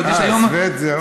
אה, סבט זה אור.